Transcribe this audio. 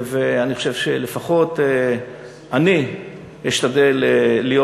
ואני חושב שלפחות אני אשתדל להיות